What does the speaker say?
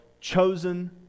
chosen